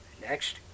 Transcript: next